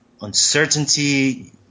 uncertainty